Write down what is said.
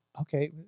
okay